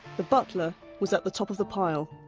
the butler was at the top of the pile,